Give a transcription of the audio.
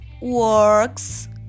works